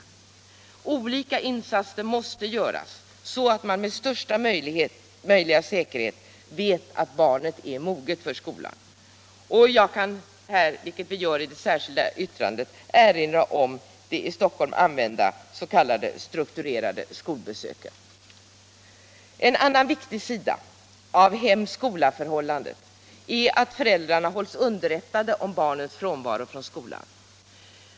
39 Olika insatser måste göras, så att man med största möjliga säkerhet vet att barnet är moget för skolan. Jag kan här liksom i det särskilda yttrandet erinra om de i Stockholm använda s.k. strukturerade skolbesöken. En annan viktig sida av hem-skola-förhållandet är att föräldrarna hålls underrättade om barnens frånvaro från skolan.